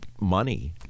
money